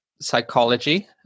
psychology